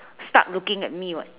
start looking at me [what]